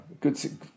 Good